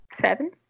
seven